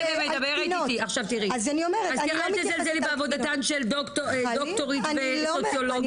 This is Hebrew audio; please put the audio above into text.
אל תזלזלי בעבודתן של דוקטורית וסוציולוגית.